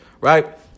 right